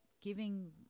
giving